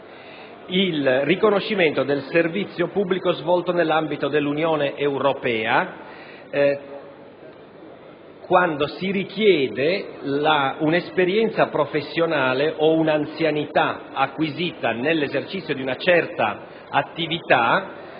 il riconoscimento del servizio pubblico svolto nell'ambito dell'Unione europea, quando si richiede un'esperienza professionale o una anzianità acquisita nell'esercizio di una certa attività.